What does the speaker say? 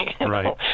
Right